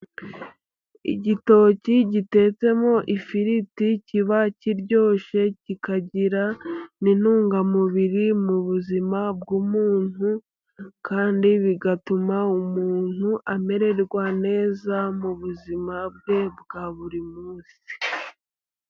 Igitoki gitetsemo ifiriti kiba kiryoshye kikagira n'intungamubiri mu buzima bw'umuntu, kandi bigatuma umuntu amererwa neza mu buzima bwe bwa buri munsi.